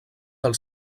del